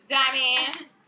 Diamond